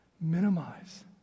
minimize